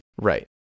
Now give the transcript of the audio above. Right